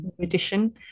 edition